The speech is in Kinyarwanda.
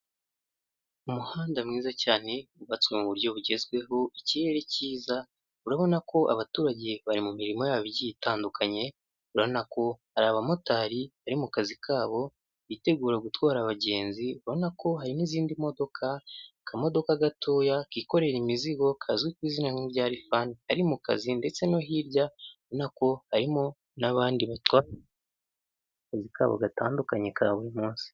Umuhanda mwiza cyane wubatswe mu buryo bugezweho ikirere cyiza urabona ko abaturage bari mu mirimo yabo igiye itandukanye urabona ko hari abamotari bari mu kazi kabo bitegura gutwara abagenzi urabona ko hari n'izindi modoka kamodoka gatoya kikorera imizigo kazwi ku izina rya lifani ari mu kazi ndetse no hirya nako harimo n'abandi batwa kazi kabo gatandukanye ka buri munsi.